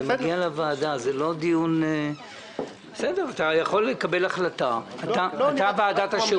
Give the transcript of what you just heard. אתה יכול לקבל החלטה, אתה ועדת השירות.